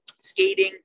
skating